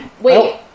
Wait